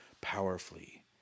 powerfully